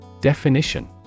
Definition